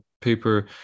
paper